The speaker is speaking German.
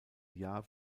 jahr